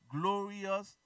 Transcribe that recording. glorious